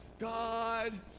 God